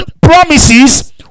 promises